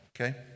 Okay